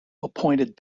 appointed